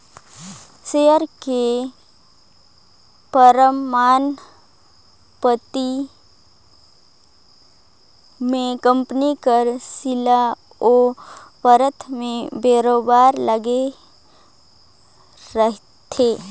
share के परमान पाती में कंपनी कर सील ओ पतर में बरोबेर लगे रहथे